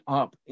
up